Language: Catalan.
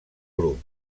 grup